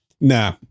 Nah